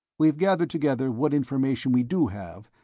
we've gathered together what information we do have,